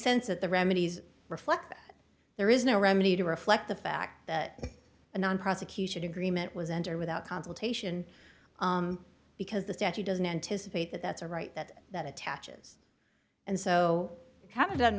sense that the remedies reflect that there is no remedy to reflect the fact that a non prosecution agreement was entered without consultation because the statute doesn't anticipate that that's a right that that attaches and so